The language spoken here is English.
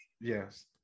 yes